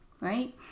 right